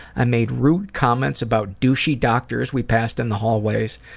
i made rude comments about douchey doctors we passed in the hallways.